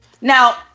Now